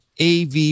AV